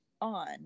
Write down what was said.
on